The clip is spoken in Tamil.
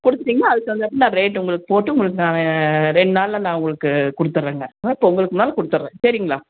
கொடுத்துட்டிங்கன்னா அதுக்கு தகுந்தாப்பில ரேட் உங்களுக்கு போட்டு உங்களுக்கு நாங்க ரெண்டு நாளில் நான் உங்களுக்கு கொடுத்தட்றங்க இப்போ உங்களுக்குனால கொடுத்தட்றேன் சரிங்களா